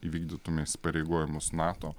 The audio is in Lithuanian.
įvykdytume įsipareigojimus nato